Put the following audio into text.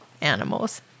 animals